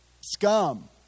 scum